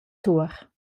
tuor